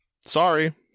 Sorry